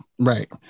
right